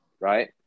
Right